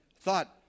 thought